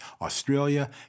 Australia